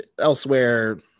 elsewhere